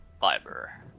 fiber